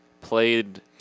played